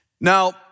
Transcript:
Now